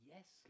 Yes